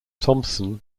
thompson